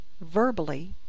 verbally